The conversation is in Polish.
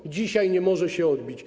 Do dzisiaj nie może się odbić.